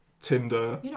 Tinder